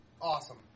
Awesome